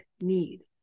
need